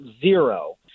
zero